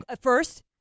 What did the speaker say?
first